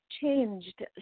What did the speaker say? changed